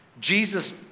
Jesus